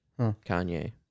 Kanye